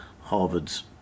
Harvard's